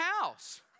house